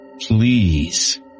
Please